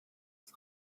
des